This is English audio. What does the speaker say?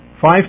five